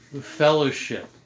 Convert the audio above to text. fellowship